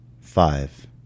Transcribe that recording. Five